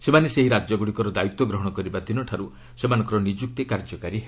ସେମାନେ ସେହି ରାଜ୍ୟଗୁଡ଼ିକର ଦାୟିତ୍ୱ ଗ୍ରହଣ କରିବା ଦିନଠାରୁ ସେମାନଙ୍କର ନିଯୁକ୍ତି କାର୍ଯ୍ୟକାରୀ ହେବ